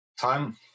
Time